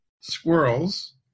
squirrels